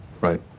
Right